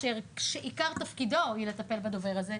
שעיקר תפקידו הוא לטפל בדבר הזה.